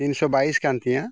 ᱛᱤᱱ ᱥᱚ ᱵᱟᱭᱤᱥ ᱠᱟᱱ ᱛᱤᱧᱟᱹ